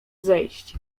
zejść